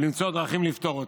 ולמצוא דרכים לפתור אותם.